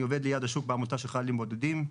אני עובד ליד השוק בעמותה של חיילים בודדים.